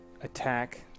attack